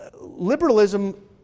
liberalism